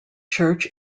church